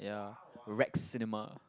ya Rex cinema